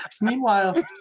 Meanwhile